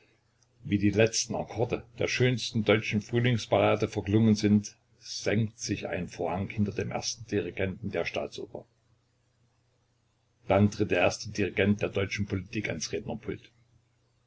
wie die letzten akkorde der schönsten deutschen frühlingsballade verklungen sind senkt sich ein vorhang hinter dem ersten dirigenten der staatsoper dann tritt der erste dirigent der deutschen politik ans rednerpult